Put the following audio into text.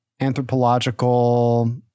anthropological